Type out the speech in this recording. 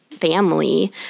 family